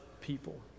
people